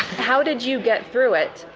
how did you get through it?